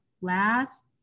last